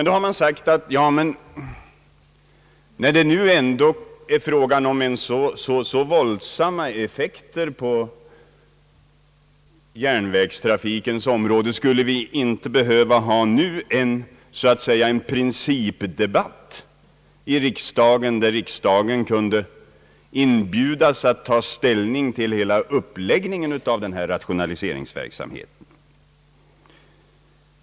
Då har man frågat: När det nu är fråga om så pass våldsamma effekter på järnvägstrafikens område, skulle vi inte då behöva en principdebatt i riksdagen så att riksdagen på det sättet fick möjlighet att ta ställning till hela uppläggningen av denna rationaliseringsverksamhet?